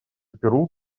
перу